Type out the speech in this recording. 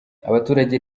abaturage